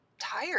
tired